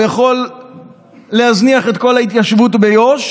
הוא יכול להזניח את כל ההתיישבות ביו"ש